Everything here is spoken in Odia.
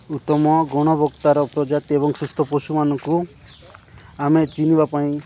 ଉତ୍ତମ ଗୁଣବତ୍ତାର ପ୍ରଜାତି ଏବଂ ସୁସ୍ଥ ପଶୁମାନଙ୍କୁ ଆମେ ଚିହ୍ନିବା ପାଇଁ